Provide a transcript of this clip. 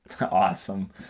awesome